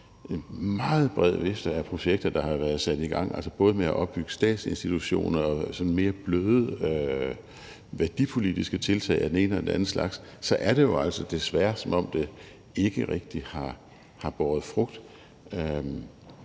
meget bred vifte af projekter, der har været sat i gang, altså både med at opbygge statsinstitutioner og de sådan mere bløde værdipolitiske tiltag af den ene og den anden slags, så er det jo altså desværre, som om det ikke rigtig har båret frugt,